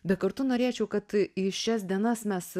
bei kartu norėčiau kad į šias dienas mes